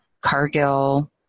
Cargill